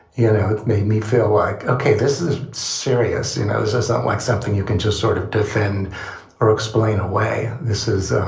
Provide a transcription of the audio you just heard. you know, it made me feel like, ok, this is serious. you know, it's just not like something you can just sort of defend or explain away. this is ah